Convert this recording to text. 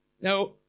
Now